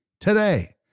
today